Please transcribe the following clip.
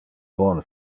bon